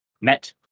met